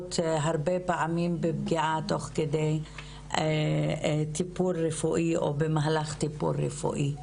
שכרוכות הרבה פעמים בפגיעה תוך כדי טיפול רפואי או במהלך טיפול רפואי.